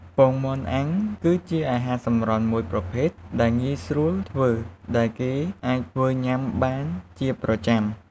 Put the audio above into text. ពងមាន់អាំង គឺជាអាហារសម្រន់មួយប្រភេទដែលងាយស្រួលធ្វើ ដែលគេអាចធ្វើញ៉ាំបានជាប្រចាំ។